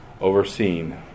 overseen